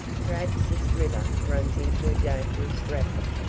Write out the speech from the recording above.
perhaps this river runs into a dangerous rapid.